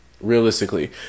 realistically